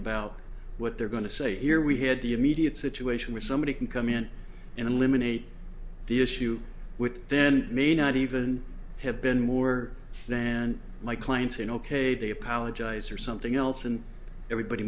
about what they're going to say here we had the immediate situation where somebody can come in and eliminate the issue with then may not even have been more than my client's an ok they apologize or something else and everybody